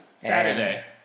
Saturday